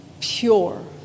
pure